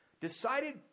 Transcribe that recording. decided